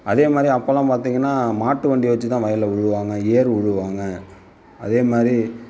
அதே மாதிரி அப்பெல்லாம் பார்த்தீங்கன்னா மாட்டு வண்டியை வெச்சு தான் வயலில் உழுவாங்க ஏர் உழுவாங்க அதே மாதிரி